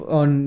on